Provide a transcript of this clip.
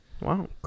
Wow